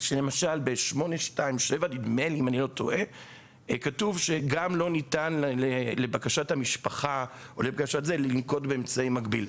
שלמשל ב-827 כתוב שגם לא ניתן לבקשת המשפחה לנקוט באמצעי מגביל.